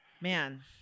Man